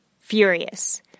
furious